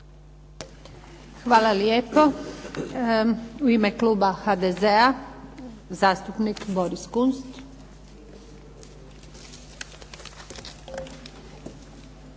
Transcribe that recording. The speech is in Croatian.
Hvala lijepo. U ime kluba HDZ-a, zastupnik Boris Kunst.